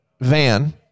van